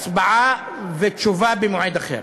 הצבעה ותשובה במועד אחר.